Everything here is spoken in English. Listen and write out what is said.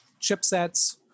chipsets